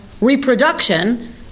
reproduction